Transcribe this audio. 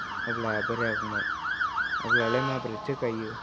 अब्ला बोराया बुंबाय अब्लालाय माबोरैथो गायो